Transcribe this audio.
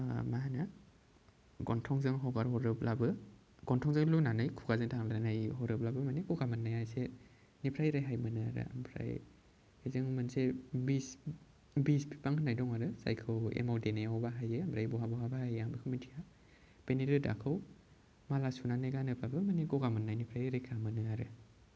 हा मा होनो गनथंजों हगार हरोब्लाबो गनथंजों लुनानै खुगाजों थांलायनाय हरोब्लाबो माने गगा मोननाया एसेनिफ्राय रेहाय मोनो आरो ओमफ्राय जों मोनसे बिस बिस बिफां होननाय दं आरो जायखौ एमाव डेनायाव बाहायो ओमफ्राय बहा बहा बाहायो आं बेखौ मिन्थिया बेनि रोदाखौ माला सुनानै गानोबाबो माने गगा मोननायनिफ्राय रैखा मोनो आरो